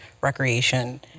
recreation